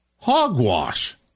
Hogwash